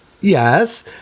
Yes